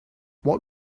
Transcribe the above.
what